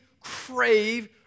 crave